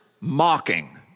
mocking